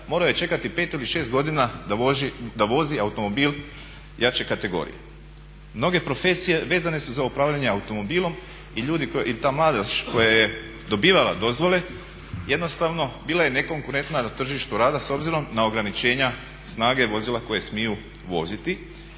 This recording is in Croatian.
morao je čekati 5 ili 6 godina da vozi automobil jače kategorije. Mnoge profesije vezane su za upravljanje automobilom i ta mladež koja je dobivala dozvole jednostavno bila je nekonkurentna na tržištu rada s obzirom na ograničenja snage vozila koje smiju voziti.